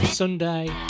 Sunday